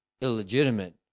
illegitimate